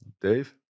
dave